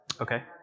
Okay